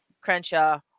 Crenshaw